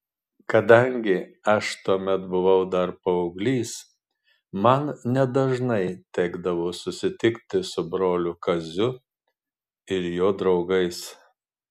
kadangi aš tuomet buvau dar paauglys man nedažnai tekdavo susitikti su broliu kaziu ir jo draugais